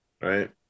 right